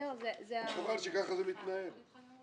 כך זה מתנהל.